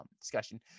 discussion